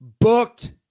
booked